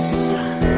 sun